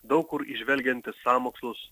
daug kur įžvelgiantys sąmokslus